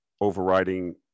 overriding